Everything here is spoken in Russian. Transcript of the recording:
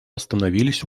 остановились